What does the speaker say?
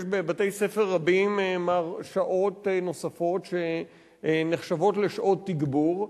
יש בבתי-ספר רבים שעות נוספות שנחשבות לשעות תגבור,